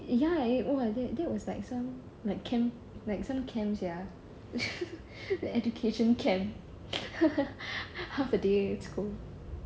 ya eh !wah! that was like some like camp like some camp sia education camp half a day in school